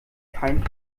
kein